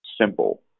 simple